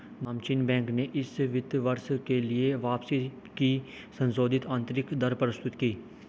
नामचीन बैंक ने इस वित्त वर्ष के लिए वापसी की संशोधित आंतरिक दर प्रस्तुत की